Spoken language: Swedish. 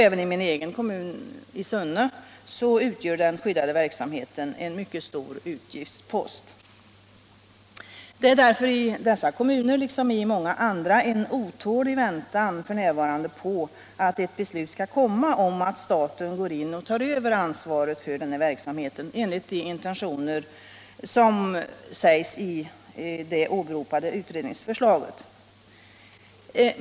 Även i min hemkommun, Sunne, utgör den skyddade verksamheten en mycket stor utgiftspost. Det är därför i dessa kommuner liksom i många andra f.n. en otålig väntan på att ett beslut skall komma om att staten tar över ansvaret för den här verksamheten enligt de intentioner som framgår av det åberopade utredningsförslaget.